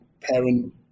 parent